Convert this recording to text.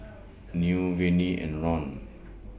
Newt Vennie and Ron